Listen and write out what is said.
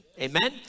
Amen